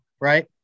right